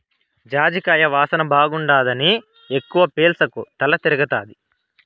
జాజికాయ వాసన బాగుండాదని ఎక్కవ పీల్సకు తల తిరగతాది